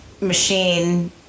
machine